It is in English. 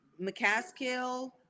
McCaskill